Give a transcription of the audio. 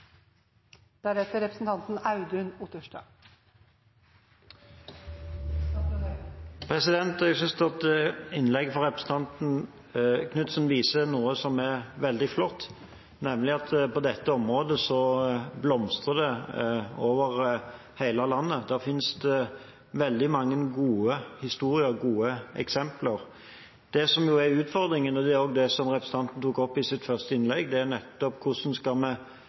veldig flott, nemlig at på dette området blomstrer det over hele landet. Det finnes veldig mange gode historier og gode eksempler. Det som er utfordringen, og det var også det representanten tok opp i sitt første innlegg, er nettopp hvordan vi skal